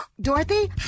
Dorothy